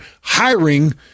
hiring